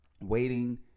Waiting